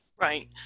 right